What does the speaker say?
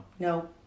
No